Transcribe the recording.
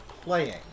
playing